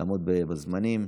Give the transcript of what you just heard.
לעמוד בזמנים.